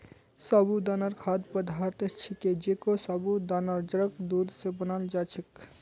साबूदाना खाद्य पदार्थ छिके जेको साबूदानार जड़क दूध स बनाल जा छेक